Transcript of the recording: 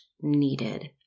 needed